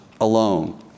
alone